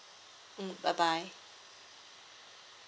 mm bye bye